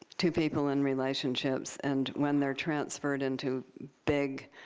to people in relationships, and when they're transferred into big